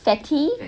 fatty